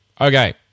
Okay